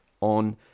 on